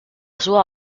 sua